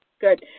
good